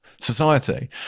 society